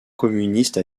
communiste